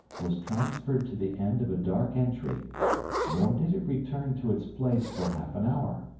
was transferred to the end of a dark entry nor did it return to its place for half an hour.